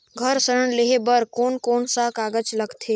घर ऋण लेहे बार कोन कोन सा कागज लगथे?